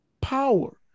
power